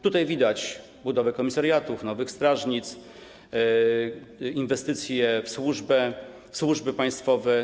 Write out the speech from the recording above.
Tutaj widać budowę komisariatów, nowych strażnic, inwestycje w służby państwowe.